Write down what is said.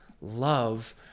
love